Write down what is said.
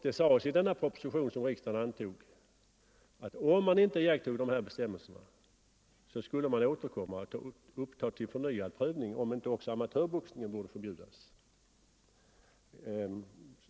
Det sades i den proposition som riksdagen antog att frågan om förbud mot amatörboxning skulle upptas till förnyad prövning om inte reglerna iakttogs.